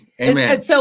Amen